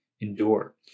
endure